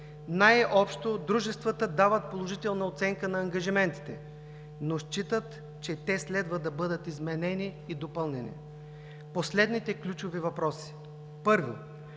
най-общо дружествата дават положителна оценка на ангажиментите, но считат, че те следва да бъдат изменени и допълнени. Последните ключови въпроси. Първо,